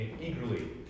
eagerly